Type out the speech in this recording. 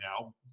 now